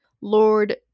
Lord